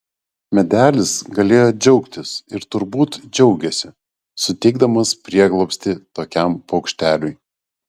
medelis galėjo džiaugtis ir turbūt džiaugėsi suteikdamas prieglobstį tokiam paukšteliui